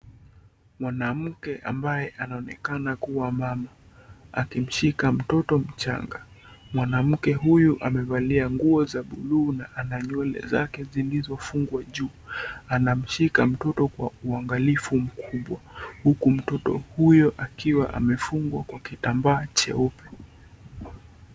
Mwanamke ambaye anaonekana kuwa mama akimshika mtoto mchanga mwanamke huyu amevalia nguo za bluu na ana nywele zake zilizo fungwa juu anamshika mtoto kwa uangalifu mkubwa huku mtoto huyo akiwa amefungwa kwa kitambaa cheupe.